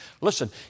Listen